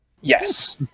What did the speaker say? Yes